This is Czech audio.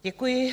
Děkuji.